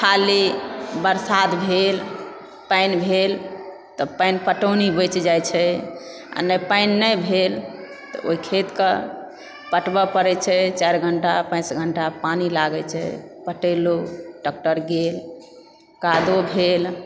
खाली बरसात भेल पानि भेल तऽ पानि पटौनी बचि जाइ छै आ नहि पानि नहि भेल तऽ ओहि खेतके पटबऽ पड़ै छै चारि घण्टा पाँच घण्टा पानि लागै छै पटेलुँ ट्रेक्टर गेल कादो भेल